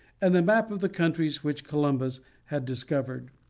and the map of the countries which columbus had discovered.